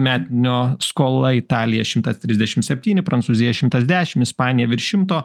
metinio skola italija šimtas trisdešim septyni prancūzija šimtas dešim ispanija virš šimto